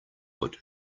wood